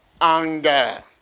Anger